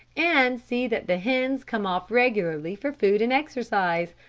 and see that the hens come off regularly for food and exercise.